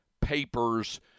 papers